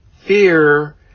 fear